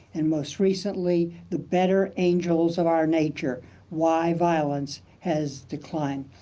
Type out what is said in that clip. and most recently, the better angels of our nature why violence has declined.